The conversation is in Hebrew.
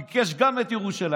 הוא ביקש גם את ירושלים.